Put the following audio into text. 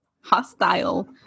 hostile